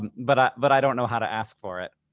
um but but i don't know how to ask for it.